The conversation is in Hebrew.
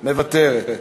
מוותרת,